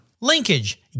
Linkage